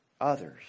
others